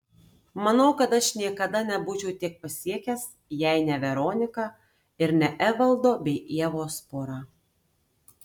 manau kad aš niekada nebūčiau tiek pasiekęs jei ne veronika ir ne evaldo bei ievos pora